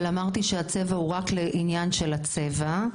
אבל אמרתי שהצבע הוא רק לעניין של הצבע,